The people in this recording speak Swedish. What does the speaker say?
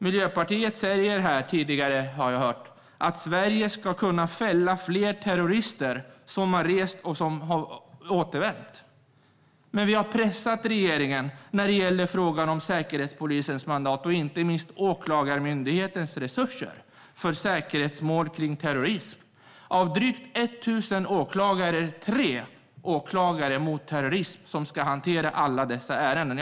Jag har hört att Miljöpartiet tidigare har sagt att Sverige ska kunna fälla fler terrorister som har rest och som har återvänt. Men vi har pressat regeringen när det gäller frågan om Säkerhetspolisens mandat och inte minst Åklagarmyndighetens resurser för säkerhetsmål kring terrorism. Av drygt 1 000 åklagare är det tre åklagare som ska hantera alla dessa ärenden.